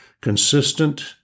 consistent